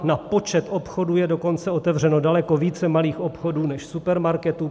Na počet obchodů je dokonce otevřeno daleko více malých obchodů než supermarketů.